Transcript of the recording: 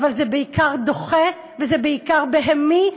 אבל זה בעיקר דוחה וזה בעיקר בהמי,